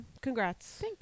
congrats